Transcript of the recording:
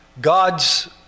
God's